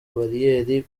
bariyeri